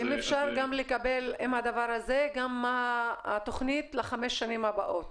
אם אפשר גם לקבל עם הדבר הזה גם מה התוכנית לחמש השנים הבאות.